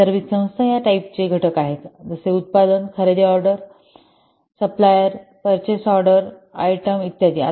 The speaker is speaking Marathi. संदर्भित संस्था या टाईपचे घटक आहेत जसे उत्पादन खरेदी ऑर्डर सप्लायर पर्चेस ऑर्डरआयटम इत्यादि